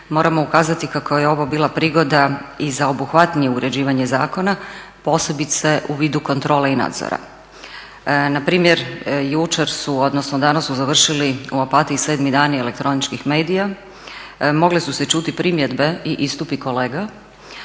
moramo ukazati kako je ovo bila prigoda i za obuhvatnije uređivanje zakona posebice u vidu kontrole i nadzora. Npr. jučer su odnosno danas su završili u Opatiji 7. Dani elektroničkih medija, mogle su se čuti primjedbe i istupi kolega